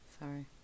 sorry